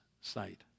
sight